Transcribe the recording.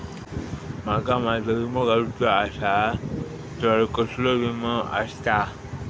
माका माझो विमा काडुचो असा तर कसलो विमा आस्ता?